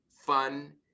fun